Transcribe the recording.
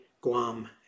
Guam